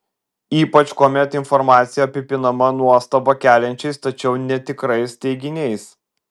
ypač kuomet informacija apipinama nuostabą keliančiais tačiau netikrais teiginiais